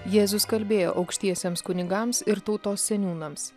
jėzus kalbėjo aukštiesiems kunigams ir tautos seniūnams